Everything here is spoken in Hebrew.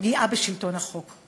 ופגיעה בשלטון החוק,